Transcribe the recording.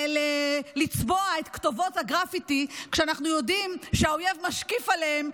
לצבוע את כתובות הגרפיטי כשאנחנו יודעים שהאויב משקיף עליהם,